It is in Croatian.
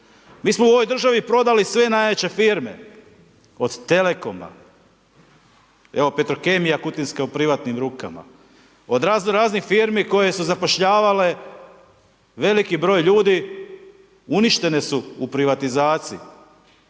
Mi smo u ovoj državi prodali sve najjače firme, od Telekoma, evo Petrokemija Kutinska u privatnim rukama, od razno raznih firmi koje su zapošljavale veliki broj ljudi koje su zapošljavale